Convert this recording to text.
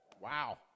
wow